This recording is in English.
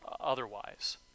otherwise